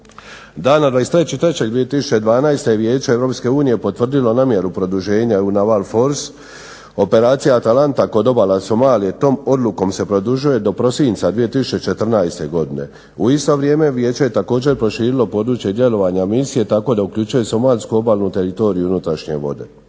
Dana 23.3.2012. Vijeće EU potvrdilo je namjeru produženja …/Ne razumije se./… operacija Atalanta kod obala Somalije tom odlukom se produžuje do prosinca 2014. godine. U isto vrijeme Vijeće je također proširilo područje djelovanja misije tako da uključuje somalsku obalnu teritoriju i unutrašnje vode.